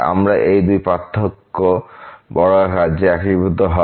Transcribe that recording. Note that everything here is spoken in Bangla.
আমরা এই দুই পার্থক্য বর্গাকার যে একীভূত করাহয়